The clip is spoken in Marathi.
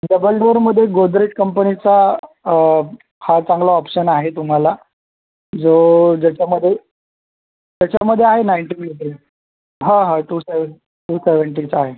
डबल डोअरमध्ये गोदरेज कंपनीचा हा चांगला ऑप्शन आहे तुम्हाला जो ज्याच्यामध्ये त्याच्यामध्ये आहे नाईन्टी लिटर हां हां टू सेव्हन टू सेव्हंटीचा आहे